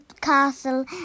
castle